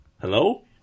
Hello